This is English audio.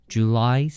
July